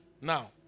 Now